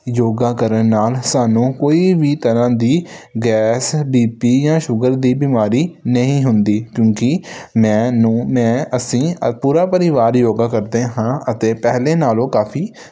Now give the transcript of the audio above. ਯੋਗਾ ਕਰਨ ਨਾਲ ਸਾਨੂੰ ਕੋਈ ਵੀ ਤਰ੍ਹਾਂ ਦੀ ਗੈਸ ਬੀਪੀ ਜਾਂ ਸ਼ੁਗਰ ਦੀ ਬਿਮਾਰੀ ਨਹੀਂ ਹੁੰਦੀ ਕਿਉਂਕਿ ਮੈਨੂੰ ਮੈਂ ਅਸੀਂ ਪੂਰਾ ਪਰਿਵਾਰ ਯੋਗਾ ਕਰਦੇ ਹਾਂ ਅਤੇ ਪਹਿਲੇ ਨਾਲੋਂ ਕਾਫੀ